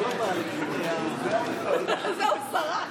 לפני שנמשיך לסעיף הבא, התקבלה כאן בקשה